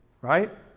right